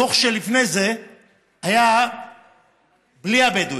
הדוח שלפני זה היה בלי הבדואים,